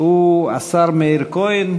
הוא השר מאיר כהן,